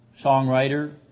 songwriter